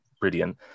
brilliant